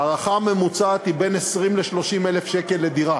ההערכה הממוצעת היא בין 20,000 ל-30,000 שקל לדירה.